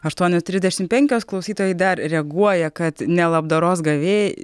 aštuonios trisdešimt penkios klausytojai dar reaguoja kad ne labdaros gavėjai